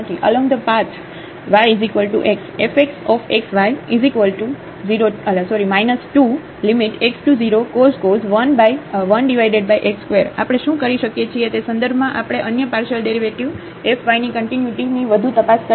Along the path yx fxxy 2x→0⁡cos 1x2 આપણે શું કરી શકીએ છીએ તે સંદર્ભમાં આપણે અન્ય પાર્શિયલ ડેરિવેટિવ f yની કન્ટિન્યુટીની વધુ તપાસ કરી શકીએ છીએ